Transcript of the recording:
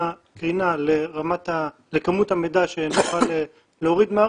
כבר יש נפגעים, כמו המשטרה שמגיעה רק אחרי